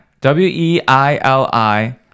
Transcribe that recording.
W-E-I-L-I